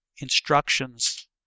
instructions